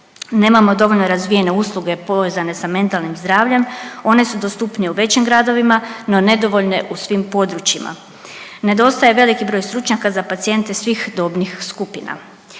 Nemamo dovoljno razvijene usluge povezane sa mentalnim zdravljem. One su dostupnije u većim gradovima no nedovoljne u svim područjima. Nedostaje veliki broj stručnjaka za pacijente svih dobnih skupina.